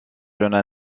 jeunes